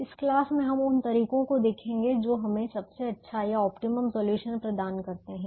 इस क्लास में हम उन तरीकों को देखेंगे जो हमें सबसे अच्छा या ऑप्टिमम सॉल्यूशन प्रदान करते हैं